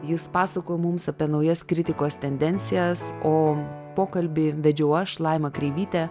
jis pasakojo mums apie naujas kritikos tendencijas o pokalbį vedžiau aš laima kreivytė